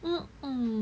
mm mm